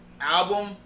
album